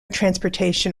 transportation